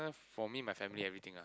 for me my family everything ah